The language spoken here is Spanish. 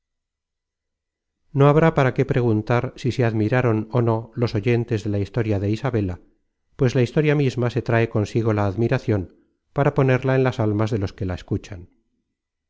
no habrá para qué preguntar si se admiraron ó no los oyentes de la historia de isabela pues la historia misma se trae consigo la admiracion para ponerla en las almas de los que la escuchan